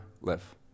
live